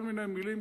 כל מיני מלים כאלה,